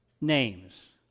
names